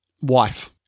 Wife